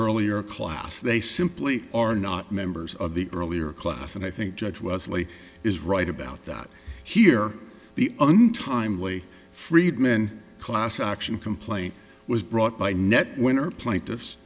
earlier class they simply are not members of the earlier class and i think judge wesley is right about that here the untimely friedman class action complaint was brought by net winner plaintiffs